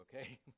okay